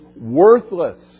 worthless